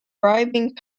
bribing